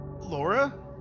Laura